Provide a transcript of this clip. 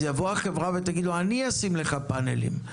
תבוא החברה ותגיד לו: "אני אשים לך פאנלים".